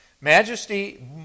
Majesty